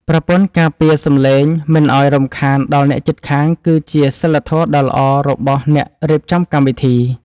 ប្រព័ន្ធការពារសម្លេងមិនឱ្យរំខានដល់អ្នកជិតខាងគឺជាសីលធម៌ដ៏ល្អរបស់អ្នករៀបចំកម្មវិធី។